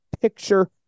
picture